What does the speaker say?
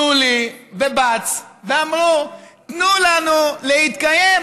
נולי ובץ ואמרו: תנו לנו להתקיים.